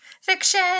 fiction